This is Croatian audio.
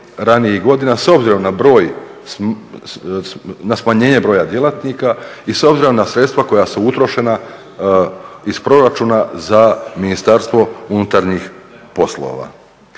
s obzirom na smanjenje broja djelatnika i s obzirom na sredstva koja su utrošena iz proračuna za MUP. Dobra je činjenica